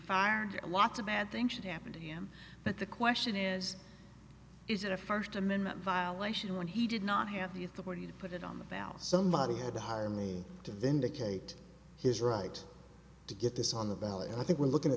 fired lots of bad things should happen to him but the question is is it a first amendment violation when he did not have the authority to put it on the bow somebody had to hire me to vindicate his right to get this on the ballot and i think we're looking at